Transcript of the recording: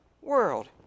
world